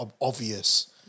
obvious